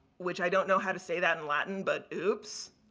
which i don't know how to say that in latin, but, oops.